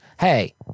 hey